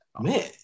man